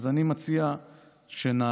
אני מציע שנעריך